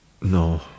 no